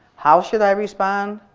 how should i respond?